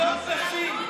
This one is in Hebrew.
דוגמה ומופת, זכויות נשים.